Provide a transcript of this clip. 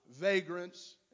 vagrants